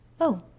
Oh